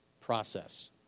process